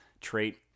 trait